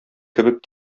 кебек